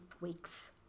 weeks